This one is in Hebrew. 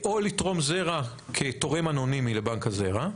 או לתרום זרע כתורם אנונימי לבנק הזרע,